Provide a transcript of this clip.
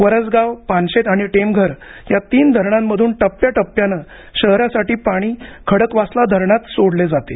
वरसगाव पानशेत आणि टेमघर या तीन धरणांमधून टप्प्याटप्याने शहरासाठी पाणी खडकवासला धरणात सोडले जाते